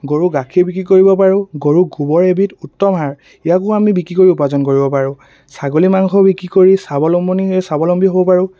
গৰু গাখীৰ বিক্ৰী কৰিব পাৰোঁ গৰু গোবৰ এবিধ উত্তম সাৰ ইয়াকো আমি বিক্ৰী কৰি উপাৰ্জন কৰিব পাৰোঁ ছাগলী মাংস বিক্ৰী কৰি স্বাৱলম্বনী স্বাৱলম্বী হ'ব পাৰোঁ